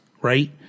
right